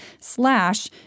slash